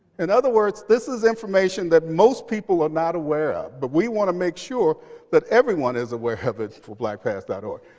in other words, this is information that most people are not aware of. but we want to make sure that everyone is aware of it for blackpast org.